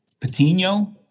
Patino